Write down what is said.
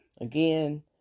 Again